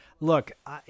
look